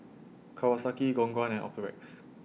Kawasaki Khong Guan and Optrex